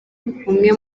muri